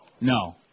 No